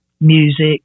music